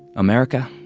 america